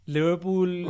Liverpool